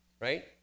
right